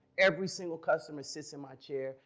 every single customer sits in my chair.